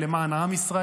למען עם ישראל.